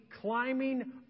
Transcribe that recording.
climbing